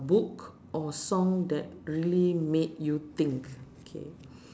book or song that really made you think okay